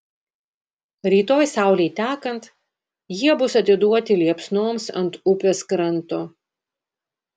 rytoj saulei tekant jie bus atiduoti liepsnoms ant upės kranto